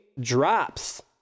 drops